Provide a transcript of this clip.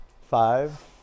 Five